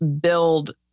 build